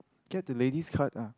get the ladies Skype ah